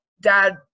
Dad